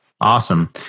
Awesome